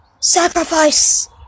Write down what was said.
Sacrifice